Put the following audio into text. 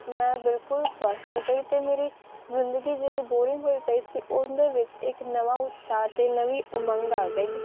ਮੈਂ ਬਿਲਕੁਲ ਸਵੱਸਥ ਹੋ ਗਈ ਅਤੇ ਮੇਰੀ ਜ਼ਿੰਦਗੀ ਜਿਹੜੀ ਬੋਰਿੰਗ ਹੋਈ ਪਈ ਸੀ ਉਹਦੇ ਵਿੱਚ ਇੱਕ ਨਵਾਂ ਉਤਸ਼ਾਹ ਅਤੇ ਨਵੀਂ ਉਮੰਗ ਆ ਗਈ